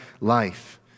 life